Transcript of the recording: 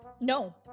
No